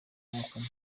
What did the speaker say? ikomokamo